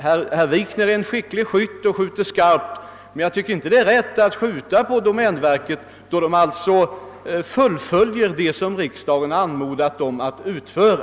Herr Wikner är skicklig skytt och skjuter skarpt på domänverket, men jag tycker inte det är rätt att göra det, eftersom verket bara fullföljer vad riksdagen anmodat verket att utföra.